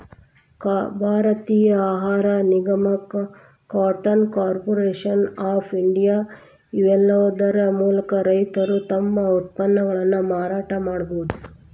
ಭಾರತೇಯ ಆಹಾರ ನಿಗಮ, ಕಾಟನ್ ಕಾರ್ಪೊರೇಷನ್ ಆಫ್ ಇಂಡಿಯಾ, ಇವೇಲ್ಲಾದರ ಮೂಲಕ ರೈತರು ತಮ್ಮ ಉತ್ಪನ್ನಗಳನ್ನ ಮಾರಾಟ ಮಾಡಬೋದು